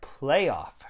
playoff